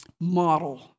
model